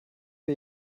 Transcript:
wir